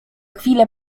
chwilę